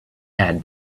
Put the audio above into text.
had